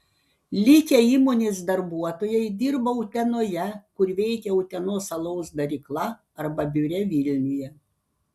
likę įmonės darbuotojai dirba utenoje kur veikia utenos alaus darykla arba biure vilniuje